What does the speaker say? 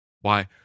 Why